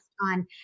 on